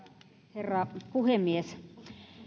herra puhemies